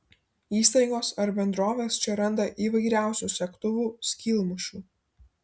įstaigos ar bendrovės čia randa įvairiausių segtuvų skylmušių